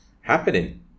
happening